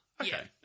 Okay